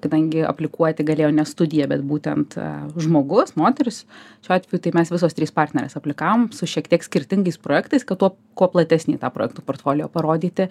kadangi aplikuoti galėjau ne studiją bet būtent žmogus moteris šiuo atveju tai mes visos trys partnerės aplikavom su šiek tiek skirtingais projektais kad kuo platesnį tą projektų portfolio parodyti